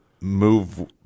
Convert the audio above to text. move